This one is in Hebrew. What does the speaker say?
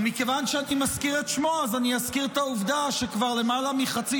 ומכיוון שאני מזכיר את שמו אז אני אזכיר את העובדה שכבר למעלה מחצי